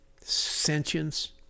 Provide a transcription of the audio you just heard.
sentience